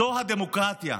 זאת הדמוקרטיה.